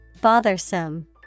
Bothersome